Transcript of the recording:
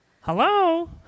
hello